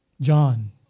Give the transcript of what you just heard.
John